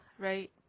right